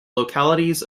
localities